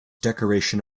decoration